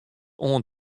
oan